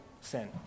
sin